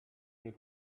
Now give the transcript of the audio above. will